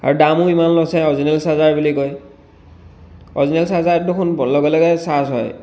আৰু দামো ইমান লৈছে অৰিজিনেল চাৰ্জাৰ বুলি কৈ অৰিজিনেল চাৰ্জাৰত দেখোন লগে লগে চাৰ্জ হয়